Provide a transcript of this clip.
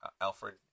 Alfred